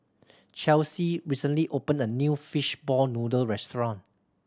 Chelsi recently opened a new fishball noodle restaurant